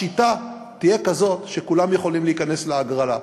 השיטה תהיה כזאת שכולם יכולים להיכנס להגרלה: